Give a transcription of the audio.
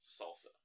Salsa